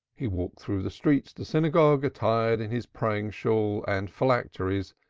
he walked through the streets to synagogue attired in his praying-shawl and phylacteries,